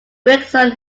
gregson